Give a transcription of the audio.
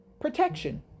protection